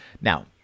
Now